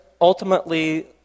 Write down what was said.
ultimately